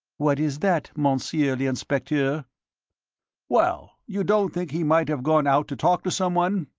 what is that, monsieur l'inspecteur? well, you don't think he might have gone out to talk to someone?